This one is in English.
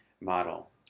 model